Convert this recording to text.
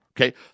Okay